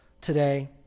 today